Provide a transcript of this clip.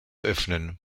öffnen